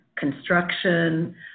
construction